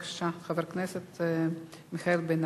חבר הכנסת מיכאל בן-ארי,